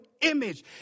image